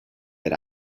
that